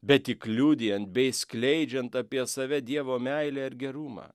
bet tik liudijant bei skleidžiant apie save dievo meilę ir gerumą